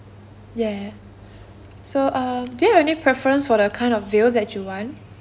ya so um do you have any preference for the kind of view that you want